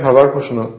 এটা ভাবার প্রশ্ন